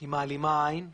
היא מעלימה עין.